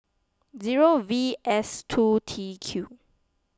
zero V S two T Q